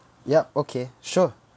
yup okay sure